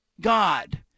God